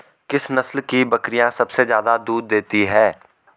किस नस्ल की बकरीयां सबसे ज्यादा दूध देती हैं?